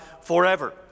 forever